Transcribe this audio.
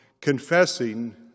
confessing